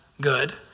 good